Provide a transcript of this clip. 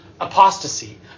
Apostasy